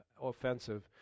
offensive